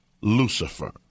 Lucifer